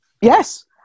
Yes